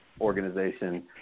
organization